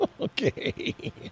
Okay